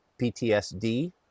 PTSD